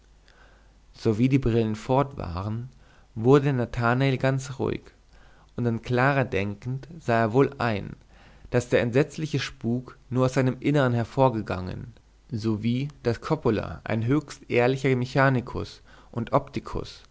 sowie die brillen fort waren wurde nathanael ganz ruhig und an clara denkend sah er wohl ein daß der entsetzliche spuk nur aus seinem innern hervorgegangen sowie daß coppola ein höchst ehrlicher mechanikus und optikus